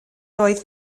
doedd